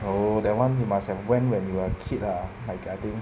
oh that one you must have went when you were a kid lah like I think